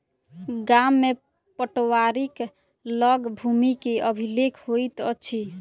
गाम में पटवारीक लग भूमि के अभिलेख होइत अछि